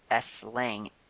Slang